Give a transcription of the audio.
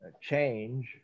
change